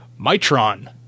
Mitron